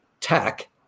tech